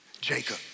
Jacob